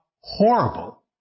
horrible